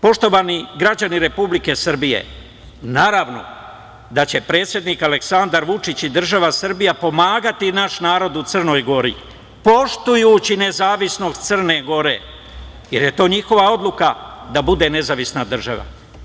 Poštovani građani Republike Srbije, naravno da će predsednik Aleksandar Vučić i država Srbija pomagati naš narod u Crnoj Gori, poštujući nezavisnost Crne Gore, jer je to njihova odluka da bude nezavisna država.